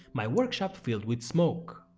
my workshop filled with smoke.